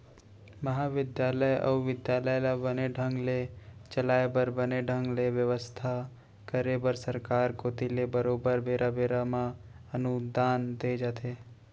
महाबिद्यालय अउ बिद्यालय ल बने ढंग ले चलाय बर बने ढंग ले बेवस्था करे बर सरकार कोती ले बरोबर बेरा बेरा म अनुदान दे जाथे